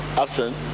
absent